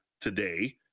today